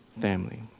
family